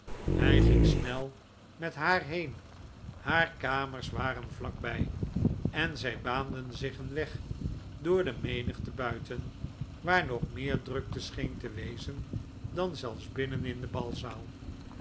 hij ging snel met haar heen haar kamers waren vlak bij en zij baanden zich een weg door de menigte buiten waar nog meer drukte scheen te wezen dan zelfs binnen in de balzaal